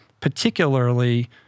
particularly